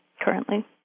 currently